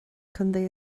contae